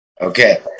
okay